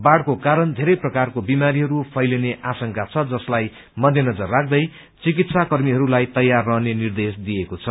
बाढ़को कारण धेरै प्रकारको बिमारीहरू फैलिने आशंका छ जसकलाई मध्यनजर राख्दै चिकित्सा कर्मीहरूलाई तयार रहने निर्देश दिइएको छ